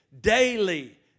daily